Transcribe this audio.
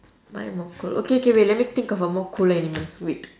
mine more cool okay okay wait let me think of a more cool animal wait